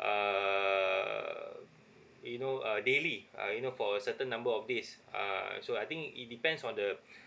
err you know uh daily ah you know for a certain number of days ah so I think it depends on the